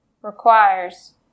requires